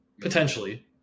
Potentially